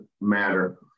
matter